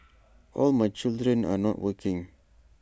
all my children are not working